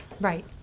Right